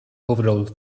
overall